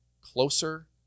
closer